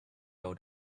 old